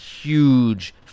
Huge